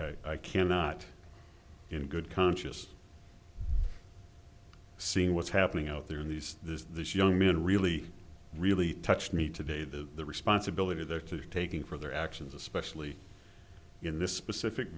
for i cannot in good conscious seeing what's happening out there in these this this young man really really touched me today the responsibility there to taking for their actions especially in this specific